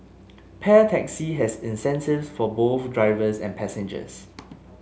Pair Taxi has incentives for both drivers and passengers